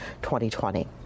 2020